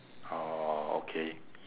orh okay